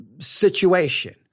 situation